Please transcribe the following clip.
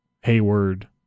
Hayward